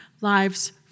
lives